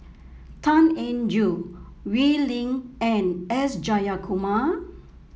Tan Eng Joo Wee Lin and S Jayakumar